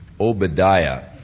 Obadiah